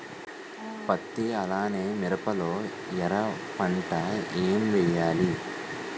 పత్తి అలానే మిరప లో ఎర పంట ఏం వేయాలి?